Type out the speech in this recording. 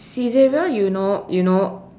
Saizeriya you know you know